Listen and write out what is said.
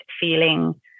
feeling